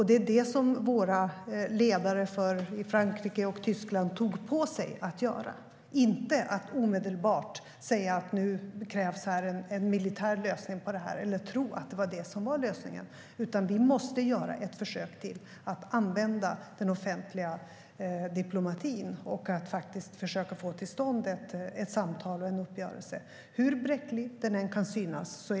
Det var det som våra ledare i Frankrike och Tyskland tog på sig att göra, inte att omedelbart säga att här krävs en militär lösning eller tro att det är det som är lösningen. Vi måste göra ett till försök att använda den offentliga diplomatin och försöka få till stånd ett samtal och en uppgörelse, hur bräcklig den än kan synas vara.